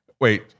Wait